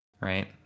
right